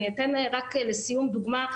אני אתן רק לסיום דוגמה,